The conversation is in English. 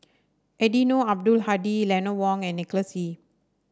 Eddino Abdul Hadi Eleanor Wong and Nicholas Ee